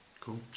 cool